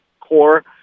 core